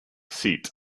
seat